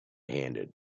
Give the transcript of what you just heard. handed